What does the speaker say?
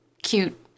Cute